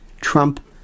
Trump